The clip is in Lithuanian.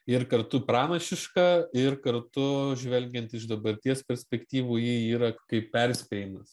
ir kartu pranašiška ir kartu žvelgiant iš dabarties perspektyvų ji yra kaip perspėjimas